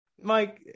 Mike